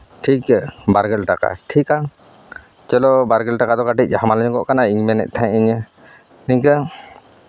ᱴᱷᱤᱠ ᱜᱮᱭᱟ ᱵᱟᱨᱜᱮᱞ ᱴᱟᱠᱟ ᱴᱷᱤᱠᱼᱟ ᱪᱚᱞᱚ ᱵᱟᱨᱜᱮᱞ ᱴᱟᱠᱟ ᱫᱚ ᱠᱟᱹᱴᱤᱡ ᱦᱟᱢᱟᱞ ᱧᱚᱜᱚᱜ ᱠᱟᱱᱟ ᱤᱧᱤᱧ ᱢᱮᱱᱮᱫ ᱛᱟᱦᱮᱱ ᱱᱤᱝᱠᱟᱹ